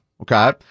okay